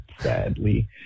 sadly